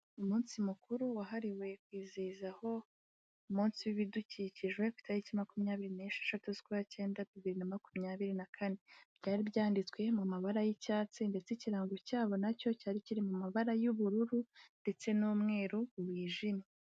Umunsi mukuru wahariwe kwizihiza ho munsi w'ibidukikije ku itariki makumyabiri n'esheshatu z'ukwa cyenda bibiri na makumyabiri na kane, byari byanditswe mu mabara y'icyatsi ndetse ikirango cyabo nacyo cyari kiri mu mabara y'ubururu ndetse n'umweru wijimye.